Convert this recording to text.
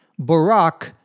Barack